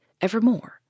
evermore